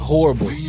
Horrible